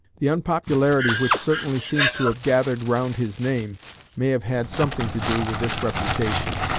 the unpopularity which certainly seems to have gathered round his name may have had something to do with this reputation.